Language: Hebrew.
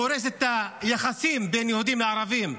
הוא הורס את היחסים בין יהודים לערבים.